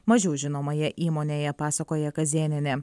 mažiau žinomoje įmonėje pasakoja kazėnienė